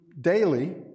daily